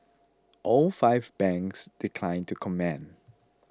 all five banks declined to comment